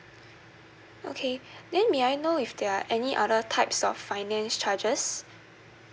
okay then may I know if there are any other types of finance charges